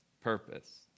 purpose